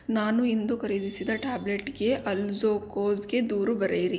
ನಾನು ಇಂದು ಖರೀದಿಸಿದ ಟ್ಯಾಬ್ಲೆಟ್ಗೆ ಅಲ್ಝೋಕೊಜ್ಗೆ ದೂರು ಬರೆಯಿರಿ